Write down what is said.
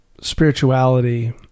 spirituality